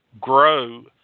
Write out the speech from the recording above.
Grow